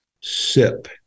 sip